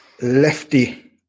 Lefty